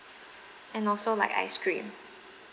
and also like ice cream